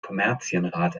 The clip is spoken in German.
kommerzienrat